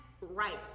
right